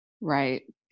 Right